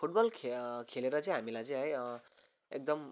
football खेलेर चाहिँ हामीलाई चाहिँ एकदम